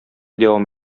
дәвам